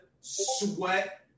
sweat